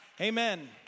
Amen